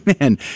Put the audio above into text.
Man